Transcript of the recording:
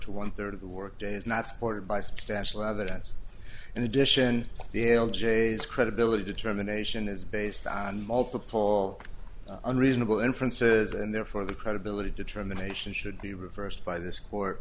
to one third of the work day is not supported by substantial evidence in addition the l j's credibility determination is based on multiple unreasonable inferences and therefore the credibility determination should be reversed by this court